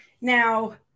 Now